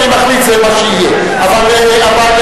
שהיא בלתי אפשרית.